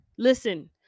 Listen